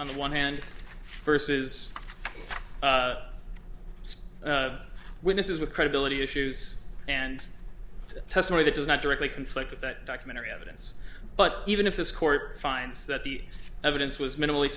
the one hand first says witnesses with credibility issues and testimony that does not directly conflict with that documentary evidence but even if this court finds that the evidence was minimally